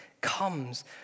comes